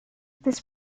this